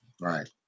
Right